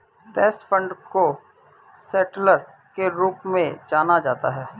trust fund को settler के रूप में जाना जाता है